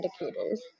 indicators